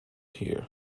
here